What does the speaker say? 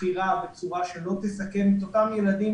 בחירה בצורה שלא תסכן את אותם ילדים,